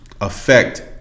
affect